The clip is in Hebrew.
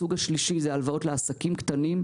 הסוג השלישי זה הלוואות לעסקים קטנים,